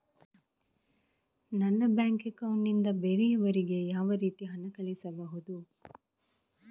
ನನ್ನ bank account ನಿಂದ ಬೇರೆಯವರಿಗೆ ಯಾವ ರೀತಿ ಹಣ ಕಳಿಸಬಹುದು?